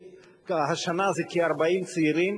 השנה זה עם כ-40 צעירים.